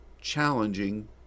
challenging